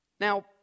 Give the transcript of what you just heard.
Now